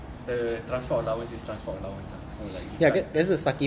the transport allowance is transport allowance ah you can't